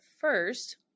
first